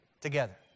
together